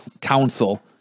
council